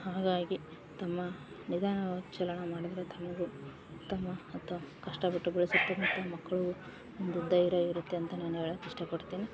ಹಾಗಾಗಿ ತಮ್ಮ ನಿಧಾನವಾಗಿ ಚಾಲನ ಮಾಡಿದರೆ ತಮಗು ತಮ್ಮ ಅಥ್ವ ಕಷ್ಟ ಬಿಟ್ಟು ಬೆಳೆಸುತಿರುವಂಥ ಮಕ್ಕಳು ಒಂದು ಧೈರ್ಯ ಇರುತ್ತೆ ಅಂತ ನಾನು ಹೇಳಕ್ ಇಷ್ಟಪಡ್ತೀನಿ